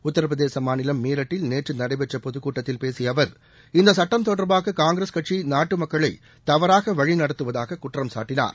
உத்தாபிரதேச மாநிலம் மீரட்டில் நேற்று நடைபெற்ற பொதுக்கூட்டத்தில் பேசிய அவர் இந்த சுட்டம் தொடர்பாக காங்கிரஸ் கட்சி நாட்டு மக்களை தவறாக வழிநடத்துவதாக குற்றம் சாட்டினார்